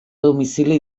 domicili